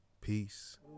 Peace